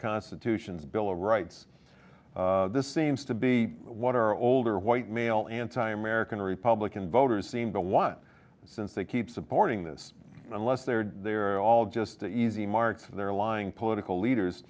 constitution's bill of rights this seems to be what our older white male anti american republican voters seem to want since they keep supporting this unless they're they're all just an easy mark for their lying political leaders